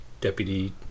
Deputy